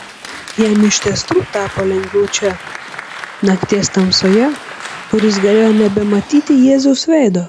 jam iš tiesų tapo lengviau čia nakties tamsoje kur jis galėjo nebematyti jėzaus veido